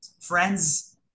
friends